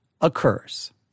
occurs